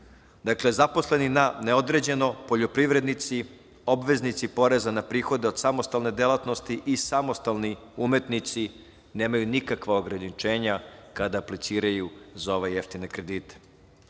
Dakle, zaposleni na neodređeno, poljoprivrednici, obveznici poreza na prihode od samostalne delatnosti i samostalni umetnici nemaju nikakva ograničenja kada apliciraju za ove jeftine kredite.